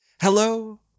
Hello